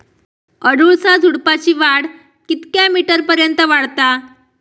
अडुळसा झुडूपाची वाढ कितक्या मीटर पर्यंत वाढता?